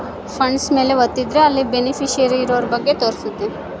funds ಮೇಲೆ ವತ್ತಿದ್ರೆ ಅಲ್ಲಿ ಬೆನಿಫಿಶಿಯರಿ ಇರೋರ ಬಗ್ಗೆ ತೋರ್ಸುತ್ತ